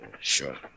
Sure